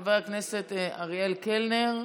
חבר הכנסת אריאל קלנר,